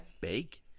big